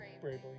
bravely